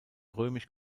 römisch